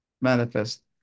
manifest